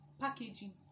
Packaging